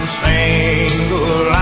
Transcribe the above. single